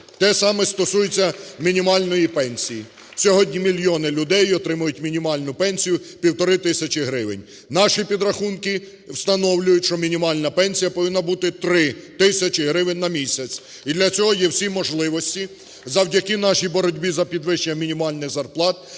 Те саме стосується мінімальної пенсії. Сьогодні мільйони людей отримують мінімальну пенсію півтори тисячі гривень. Наші підрахунки встановлюють, що мінімальна пенсія повинна бути 3 тисячі гривень на місяць, і для цього є всі можливості. Завдяки нашій боротьбі за підвищення мінімальних зарплат